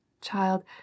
child